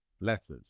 letters